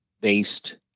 based